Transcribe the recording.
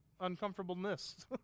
uncomfortableness